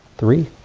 three